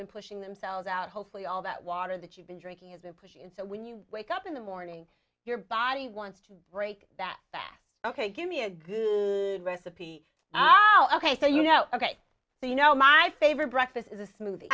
been pushing themselves out hopefully all that water that you've been drinking is a push in so when you wake up in the morning your body wants to break that that ok give me a good recipe ok so you know ok so you know my favorite breakfast is